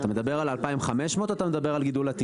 אתה מדבר על ה-2,500 או אתה מדבר על גידול עתידי?